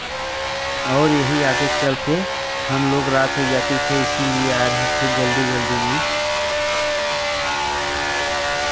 और यही आगे चलकर हम लोग रात हो जाते थे इसीलिए आ रहे थे जल्दी जल्दी में